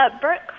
Bert